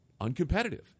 uncompetitive